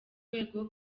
rwego